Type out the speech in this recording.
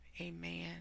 amen